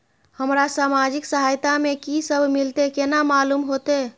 हमरा सामाजिक सहायता में की सब मिलते केना मालूम होते?